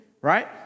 right